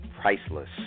priceless